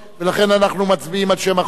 ולכן אנחנו מצביעים על שם החוק.